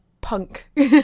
punk